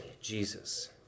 Jesus